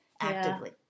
actively